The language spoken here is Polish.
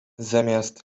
zamiast